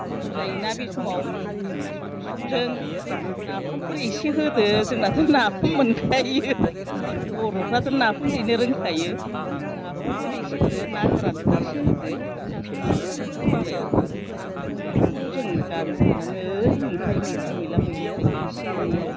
गोथाव जायो ना बे समाव थास' बिसंजों नाफामफोर एसे होदो जोंनाथ' नाफाम मोनखायो बर'फ्राथ' नाफाम देनो रोंखायो नाफामफोर एसे होदो ना गोरानफोर एसे होदो थास' बिसं खथ' गोथाव जायो बेफोरखौ जों गामियाव थानानैनो ओरैनो मोनखायो मैद्रु मैला मैगं थाइगं एसे एनैआ